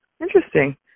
interesting